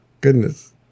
Goodness